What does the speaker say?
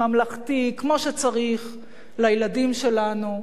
ממלכתי, כמו שצריך, לילדים שלנו,